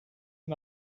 and